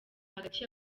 hagati